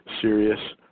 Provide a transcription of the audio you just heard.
serious